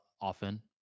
often